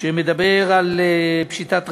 שמדבר על פשיטת רגל.